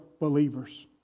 believers